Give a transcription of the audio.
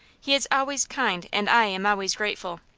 he is always kind, and i am always grateful.